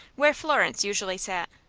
where florence usually sat.